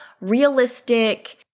realistic